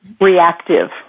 reactive